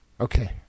Okay